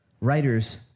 Writers